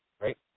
right